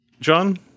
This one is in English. John